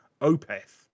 Opeth